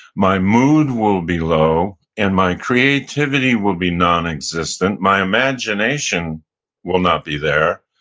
my mood will be low, and my creativity will be nonexistent. my imagination will not be there.